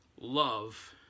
love